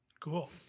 cool